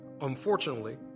Unfortunately